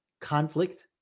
conflict